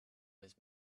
those